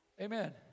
Amen